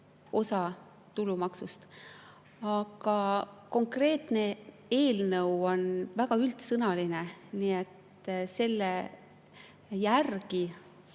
osa tulumaksust. Aga konkreetne eelnõu on väga üldsõnaline, nii et selle järgi